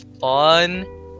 fun